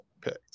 picked